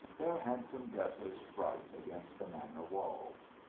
their handsome dresses bright against the manor walls.